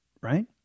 right